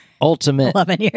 Ultimate